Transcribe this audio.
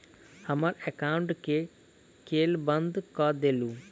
हमरा एकाउंट केँ केल बंद कऽ देलु?